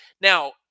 Now